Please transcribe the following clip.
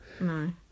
No